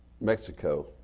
Mexico